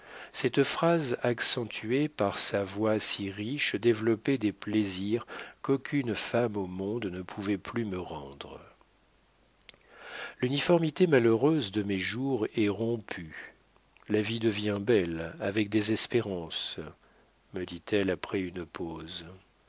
cette phrase accentuée par sa voix si riche développait des plaisirs qu'aucune femme au monde ne pouvait plus me rendre l'uniformité malheureuse de mes jours est rompue la vie devient belle avec des espérances me dit-elle après une pause